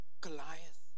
Goliath